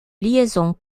liaison